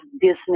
business